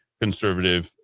conservative